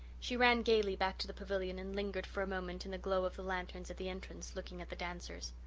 she ran gaily back to the pavilion and lingered for a moment in the glow of the lanterns at the entrance looking at the dancers.